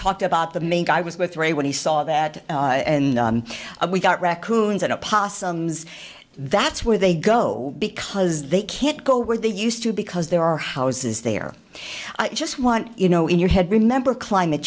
talked about the main guy was with ray when he saw that we got raccoons and possums that's where they go because they can't go where they used to because there are houses there i just want you know in your head remember climate